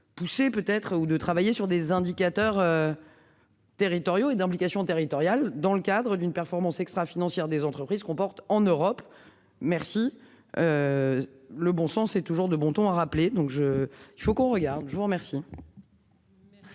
Pousser peut être ou de travailler sur des indicateurs. Territoriaux une application territoriale dans le cadre d'une performance extra-financière des entreprises se comportent en Europe. Merci. Le bon sens est toujours de bon ton a rappelé donc je, il faut qu'on regarde, je vous remercie.